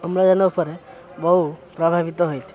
ଅମ୍ଳଜାନ ଉପରେ ବହୁ ପ୍ରଭାବିତ ହୋଇଥାଏ